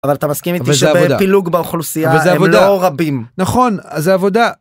אבל אתה מסכים איתי שזה פילוג באוכלוסייה הם לא רבים נכון זה עבודה.